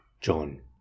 John